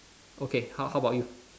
okay how how about you